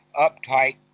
uptight